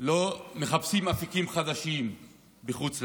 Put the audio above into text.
ומחפשים אפיקים חדשים בחוץ לארץ.